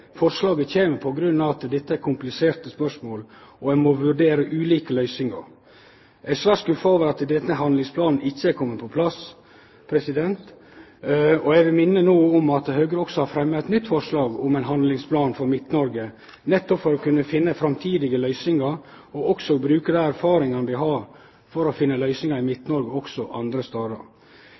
kompliserte spørsmål, og ein må vurdere ulike løysingar. Eg er svært skuffa over at denne handlingsplanen ikkje er komen på plass, og eg vil minne om at Høgre no også har fremma eit nytt forslag om ein handlingsplan for Midt-Noreg, nettopp for å kunne finne framtidige løysingar og bruke dei erfaringane vi har for å finne løysingar i Midt-Noreg og også andre